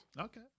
Okay